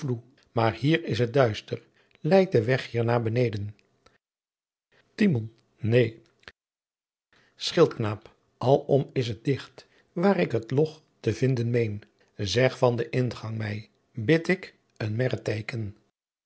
maar hier is t duister leidt de wegh hier naa beneên timon neen schildkn alom is't dicht waar ik het loch te vinden meen zegt van den ingang my bid ik